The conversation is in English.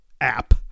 app